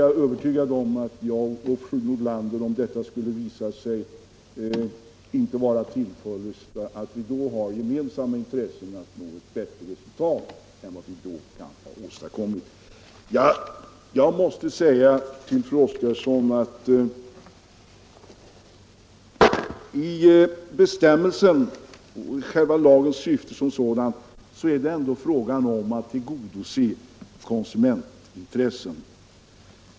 Jag är övertygad om att jag och fru Nordlander, ifall det skulle visa sig att de föreslagna åtgärderna inte skulle ge resultat, har gemensamma intressen att åstadkomma förbättringar. Jag måste säga till fru Oskarsson att lagens syfte är ändå att tillgodose konsumentintressen.